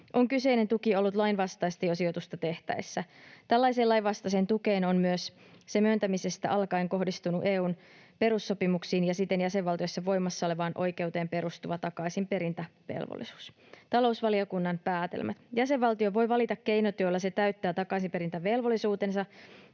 on kyseinen tuki ollut lainvastaista jo sijoitusta tehtäessä. Tällaiseen lainvastaiseen tukeen on myös sen myöntämisestä alkaen kohdistunut EU:n perussopimuksiin ja siten jäsenvaltioissa voimassa olevaan oikeuteen perustuva takaisinperintävelvollisuus. Talousvaliokunnan päätelmät: Jäsenvaltio voi valita keinot, joilla se täyttää takaisinperintävelvollisuutensa,